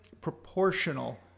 proportional